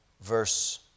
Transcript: verse